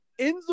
Enzo